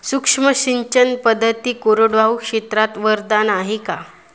सूक्ष्म सिंचन पद्धती कोरडवाहू क्षेत्रास वरदान आहे का?